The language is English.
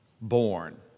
born